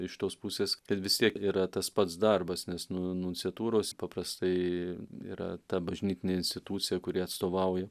iš tos pusės kad vis tiek yra tas pats darbas nes nu nunciatūros paprastai yra ta bažnytinė institucija kuri atstovauja